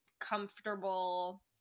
comfortable